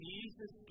Jesus